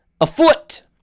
afoot